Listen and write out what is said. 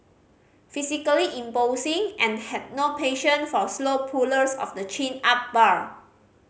physically imposing and had no patience for slow pullers of the chin up bar